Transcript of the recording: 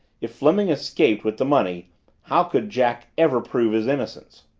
if fleming escaped with the money how could jack ever prove his innocence?